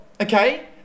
okay